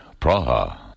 Praha